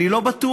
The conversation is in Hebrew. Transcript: אני לא בטוח,